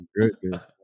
goodness